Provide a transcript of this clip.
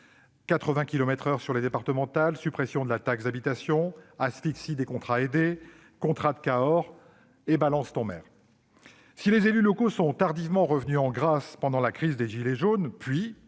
80 km/h sur les départementales, suppression de la taxe d'habitation, asphyxie des contrats aidés, contrats de Cahors, sans oublier #BalanceTonMaire. Si les élus locaux sont tardivement revenus en grâce pendant la crise des « gilets jaunes », puis